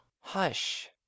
Hush